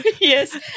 Yes